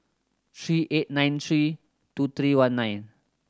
three eight nine three two three one nine